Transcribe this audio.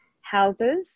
houses